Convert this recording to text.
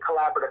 collaborative